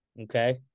Okay